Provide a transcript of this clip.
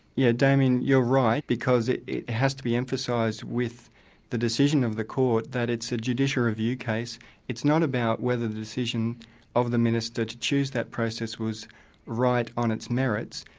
yeah damien you're right, because it it has to be emphasised with the decision of the court that it's a judicial review case it's not about whether the decision of the minister to choose that process was right on its merits.